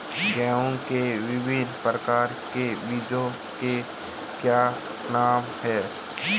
गेहूँ के विभिन्न प्रकार के बीजों के क्या नाम हैं?